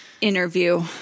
interview